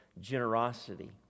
generosity